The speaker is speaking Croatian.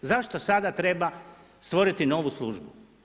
Zašto sada treba stvoriti novu službu?